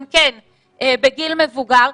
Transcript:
גם כן בגיל מבוגר,